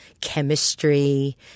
chemistry